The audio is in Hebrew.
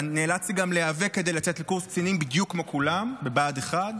אתה נאלץ גם להיאבק כדי לצאת לקורס קצינים בדיוק כמו כולם בבה"ד 1,